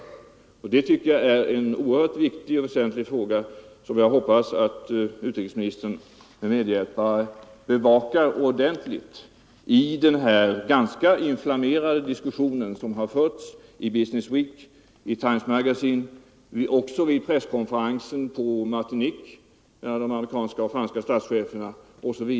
Det tycker jag är en oerhört viktig och väsentlig fråga, som jag hoppas att utrikesministern och hans medhjälpare bevakar ordentligt med tanke på den ganska avslöjande diskussion som har förts i Business Week och Times Magazine ävensom vid den presskonferens som hölls på Martinique, efter bl.a. de amerikanska och franska statschefernas möte där.